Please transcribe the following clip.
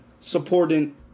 supporting